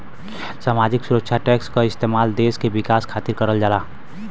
सामाजिक सुरक्षा टैक्स क इस्तेमाल देश के विकास खातिर करल जाला